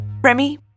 Remy